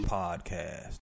podcast